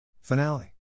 Finale